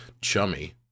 chummy